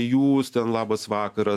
jūs ten labas vakaras